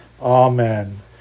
Amen